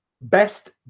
best